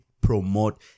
promote